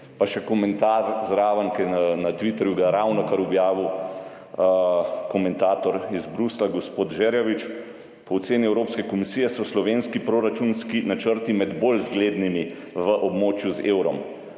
Pa še komentar zraven, ki ga je na Twitterju ravnokar objavil komentator iz Bruslja gospod Žerjavič: »Po oceni Evropske komisije so slovenski proračunski načrti med bolj zglednimi v območju z evrom.